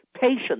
patience